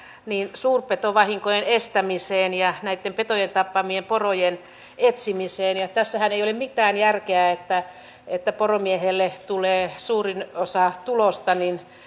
suurpetovahinkojen estämiseen ja näitten petojen tappamien porojen etsimiseen tässähän ei ole mitään järkeä että että poromiehelle tulee suurin osa tulosta